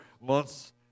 months